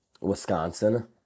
Wisconsin